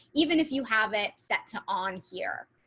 even if you have it set to on here.